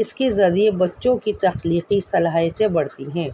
اس کے ذریعے بچوں کی تخلیقی صلاحیتیں بڑھتی ہیں